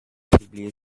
publier